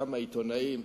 כמה עיתונאים.